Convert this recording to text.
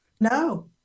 No